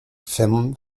film